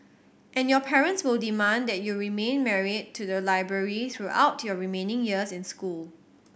and your parents will demand that you remain married to the library throughout your remaining years in school